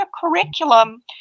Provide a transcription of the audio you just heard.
curriculum